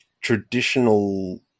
traditional